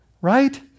right